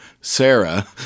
Sarah